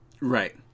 right